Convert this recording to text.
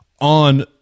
on